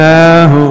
now